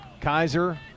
Kaiser